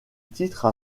titre